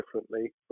differently